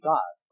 God